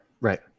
right